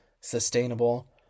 sustainable